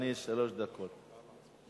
שלוש דקות.